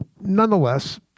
nonetheless